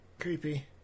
creepy